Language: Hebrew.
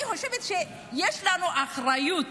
אני חושבת שיש לנו אחריות.